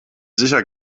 sicher